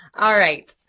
alright.